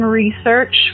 research